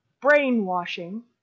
brainwashing